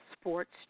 Sports